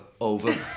over